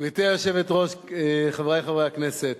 גברתי היושבת-ראש, חברי חברי הכנסת,